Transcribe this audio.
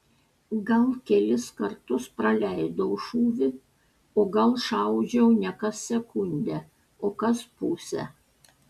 gal kelis kartus praleidau šūvį o gal šaudžiau ne kas sekundę o kas pusę